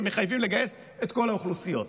שמחייבים לגייס את כל האוכלוסיות,